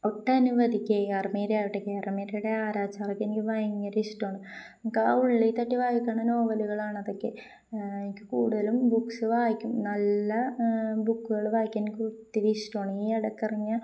ഒട്ടനവധി കെ ആർ മീരയാകട്ടെ കെ ആർ മീരയുടെ ആരാചാരൊക്കെ എനിക്ക് ഭയങ്കരം ഇഷ്ടമാണ് നമുക്ക് ആ ഉള്ളില് തട്ടി വായിക്കുന്ന നോവലുകളാണ് അതൊക്കെ എനിക്ക് കൂടുതലും ബുക്സ് വായിക്കും നല്ല ബുക്കുകള് വായിക്കാൻ എനിക്ക് ഒത്തിരി ഇഷ്ടമാണ് ഈയിടയ്ക്കിറങ്ങിയ